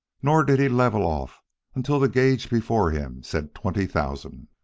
nor did he level off until the gauge before him said twenty thousand.